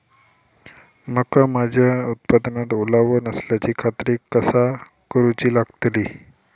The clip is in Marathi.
मका माझ्या उत्पादनात ओलावो नसल्याची खात्री कसा करुची लागतली?